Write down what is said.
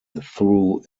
through